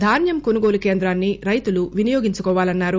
ధాన్సం కొనుగోలు కేంద్రాన్సి రైతులు వినియోగించుకోవాలన్నారు